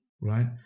Right